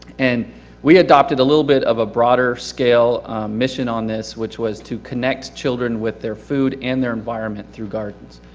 and we adopted a little bit of a broader scale mission on this, which was to connect children with their food and their environment through gardens.